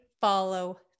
follow